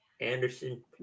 Anderson